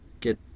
get